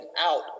out